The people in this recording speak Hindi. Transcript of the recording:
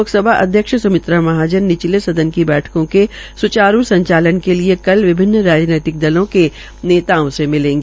लोकसभा अध्यक्ष स्मित्रा महाजन निचले सदन की बैठकों का स्चारू संचालन के लिए कल विभिन्न राजनीतिक दलों के नेताओं से मिलेंगी